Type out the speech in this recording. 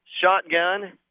Shotgun